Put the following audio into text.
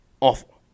awful